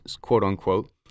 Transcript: quote-unquote